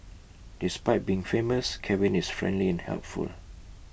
despite being famous Kevin is friendly and helpful